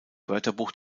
wörterbuch